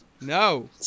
No